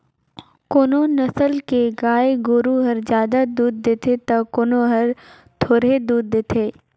कोनो नसल के गाय गोरु हर जादा दूद देथे त कोनो हर थोरहें दूद देथे